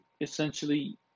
essentially